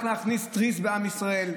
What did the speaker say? רק להכניס טריז בעם ישראל,